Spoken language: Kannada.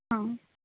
ಹಾಂ